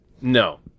no